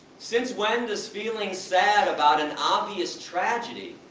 since when, does feeling sad about an obvious tragedy,